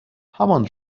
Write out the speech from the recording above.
همان